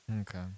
okay